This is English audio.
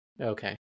okay